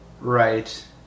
Right